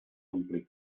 omplir